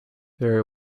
very